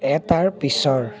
এটাৰ পিছৰ